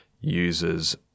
users